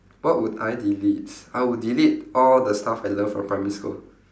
what would I delete I would delete all the stuff I learnt from primary school